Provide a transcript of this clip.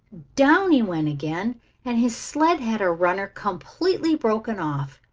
down he went again and his sled had a runner completely broken off.